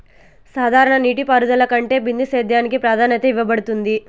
సాధారణ నీటిపారుదల కంటే బిందు సేద్యానికి ప్రాధాన్యత ఇవ్వబడుతుంది